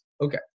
Okay